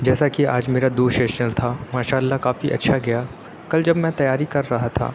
جیسا کہ آج میرا دو شیشن تھا ماشاء اللہ کافی اچھا کیا کل جب میں تیاری کر رہا تھا